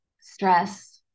stress